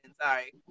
Sorry